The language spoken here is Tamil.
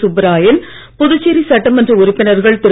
சுப்பராயன் புதுச்சேரி சட்டமன்ற உறுப்பினர்கள் திரு